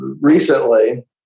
recently